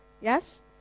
Yes